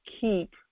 keep